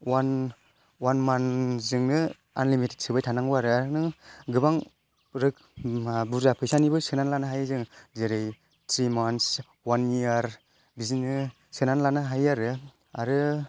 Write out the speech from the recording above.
अवान month जोंनो unlimited सोबाय थानांगौ आरो आरो नों गोबां रो मा बुरजा फैसानिबो सोना लानो हायो जों जेरै थ्रि मान्थ्स अवान इयार बिदिनो सोनानै लानो हायो आरो आरो